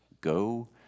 go